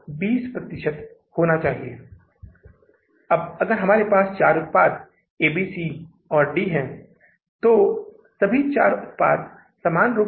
तो मैं अंत में जून के महीने के लिए शुरुआती शेष के साथ शुरू होने की गणना करुंगा मैं जून के महीने के लिए समापन शेष की गणना करुंगा जो कि जून के महीने के लिए नकदी का समापन शेष है चाहे वह आंतरिक संग्रह से हो या उधार से